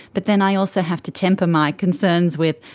but then i also have to temper my concerns with,